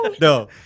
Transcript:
No